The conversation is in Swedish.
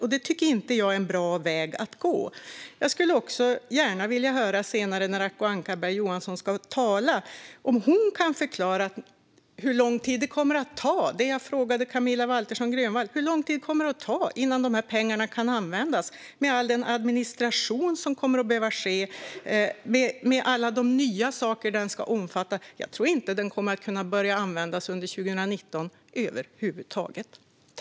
Det tycker inte jag är en bra väg att gå. Jag skulle gärna vilja höra när Acko Ankarberg Johansson ska hålla sitt anförande om hon kan förklara hur lång tid det kommer att ta. Jag frågade också Camilla Waltersson Grönvall hur lång tid det kommer att ta innan dessa pengar kan användas med tanke på all den administration som kommer att behövas och alla de nya saker som kömiljarden ska omfatta. Jag tror inte att den kommer att kunna börja användas under 2019 över huvud taget.